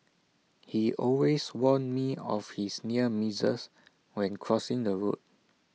he always warn me of his near misses when crossing the road